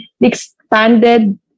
expanded